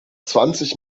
zwanzig